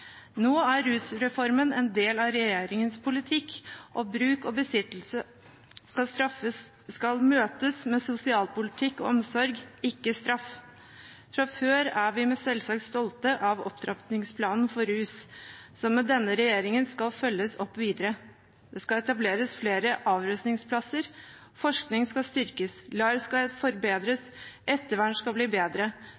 Nå er rusreformen en del av regjeringens politikk, og bruk og besittelse skal møtes med sosialpolitikk og omsorg, ikke straff. Fra før er vi selvsagt stolte av opptrappingsplanen for rusfeltet, som med denne regjeringen skal følges opp videre. Det skal etableres flere avrusningsplasser, forskning skal styrkes, LAR skal forbedres,